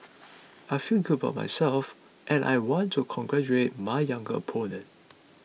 I feel good about myself and I want to congratulate my younger opponent